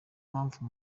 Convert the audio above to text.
mpamvu